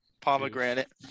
Pomegranate